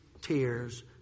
tears